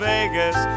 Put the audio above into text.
Vegas